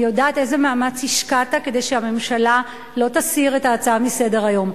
אני יודעת איזה מאמץ השקעת כדי שהממשלה לא תסיר את ההצעה מסדר-היום.